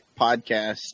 podcast